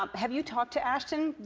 um have you talked to ashton?